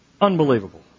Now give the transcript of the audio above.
Unbelievable